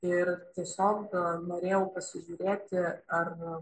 ir tiesiog norėjau pasižiūrėti ar